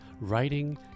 writing